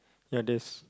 ya this